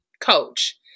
coach